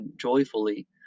joyfully